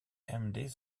pmd